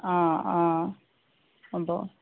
অঁ অঁ হ'ব